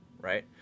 right